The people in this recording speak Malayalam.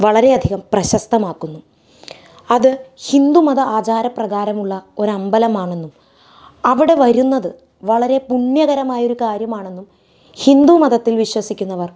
വളരെ അധികം പ്രശസ്തമാക്കുന്നു അത് ഹിന്ദുമത ആചാരപ്രകാരമുള്ള ഒരമ്പലമാണെന്നും അവിടെ വരുന്നത് വളരെ പുണ്യകരമായ ഒരു കാര്യമാണെന്നും ഹിന്ദുമതത്തിൽ വിശ്വസിക്കുന്നവർ